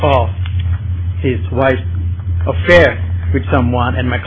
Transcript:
call his wife affair with someone and my